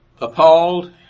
appalled